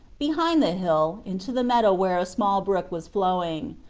behind the hill, into the meadow where a small brook was flowing.